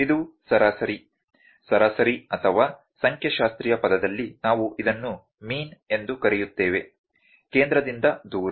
ಇದು ಸರಾಸರಿ ಸರಾಸರಿ ಅಥವಾ ಸಂಖ್ಯಾಶಾಸ್ತ್ರೀಯ ಪದದಲ್ಲಿ ನಾವು ಇದನ್ನು ಮೀನ್ ಎಂದು ಕರೆಯುತ್ತೇವೆ ಕೇಂದ್ರದಿಂದ ದೂರ